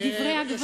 לדברי הגברים,